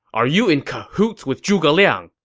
are you in cahoots with zhuge liang?